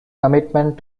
commitment